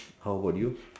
how about you